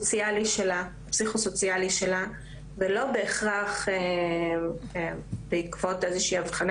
והפסיכוסוציאלי שלה ולא בהיכרך בעקבות איזושהי אבחנה